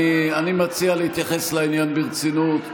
אני מציע להתייחס לעניין ברצינות.